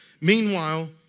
Meanwhile